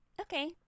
okay